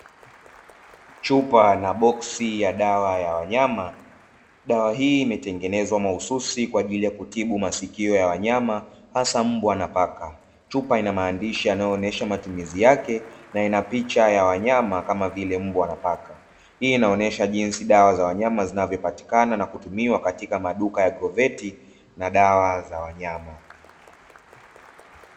Chupa na boksi ya dawa ya wanyama, dawa hii imetengenezwa mahsusi kwa ajili ya kutibu masikio ya wanyama hasa mbwa na paka. Chupa ina maandishi yanayo onyesha matumizi yake na ina picha ya wanyama kama vile mbwa na paka. Hii inaonyesha jinsi dawa za wanyama zinavyopatikana na kutumiwa katika maduka ya "Agroveti" na dawa za wanyama.